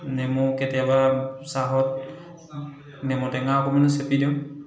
নেমু কেতিয়াবা চাহত নেমু টেঙা অকণমানো চেপি দিওঁ